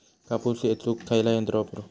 कापूस येचुक खयला यंत्र वापरू?